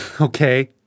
okay